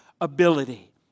ability